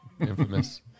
Infamous